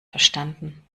verstanden